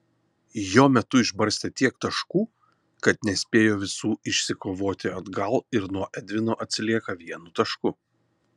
jo metu išbarstė tiek taškų kad nespėjo visų išsikovoti atgal ir nuo edvino atsilieka vienu tašku